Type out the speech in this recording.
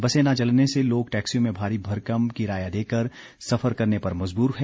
बसें न चलने से लोग टैक्सीयों में भारी भरकम किराया देकर सफर करने पर मजबूर हैं